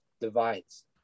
divides